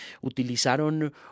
utilizaron